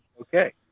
Okay